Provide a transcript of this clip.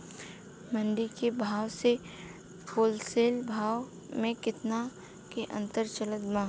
मंडी के भाव से होलसेल भाव मे केतना के अंतर चलत बा?